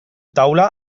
taula